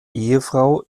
ehefrau